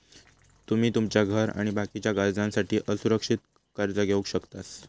तुमी तुमच्या घर आणि बाकीच्या गरजांसाठी असुरक्षित कर्ज घेवक शकतास